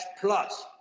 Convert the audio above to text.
plus